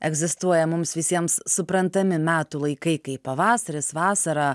egzistuoja mums visiems suprantami metų laikai kaip pavasaris vasara